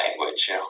language